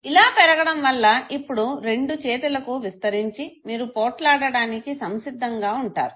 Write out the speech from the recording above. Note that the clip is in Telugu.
ఇలా పెరగడం వల్ల ఇప్పుడు రెండు చేతులకు విస్తరించి మీరు పోట్లాడడానికి సంసిద్ధంగా ఉంటారు